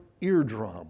eardrum